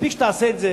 מספיק שתעשה את זה